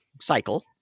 cycle